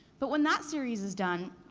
but when that series is done,